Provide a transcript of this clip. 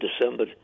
December